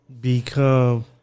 become